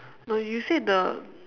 no you say the